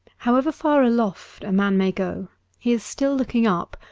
however far aloft a man may go he is still looking up,